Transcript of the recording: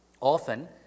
Often